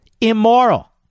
immoral